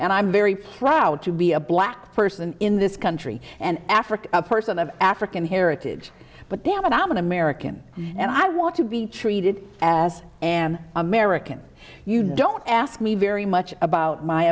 and i'm very proud to be a black person in this country and africa a person of african heritage but dammit i'm an american and i want to be treated as an american you know don't ask me very much about my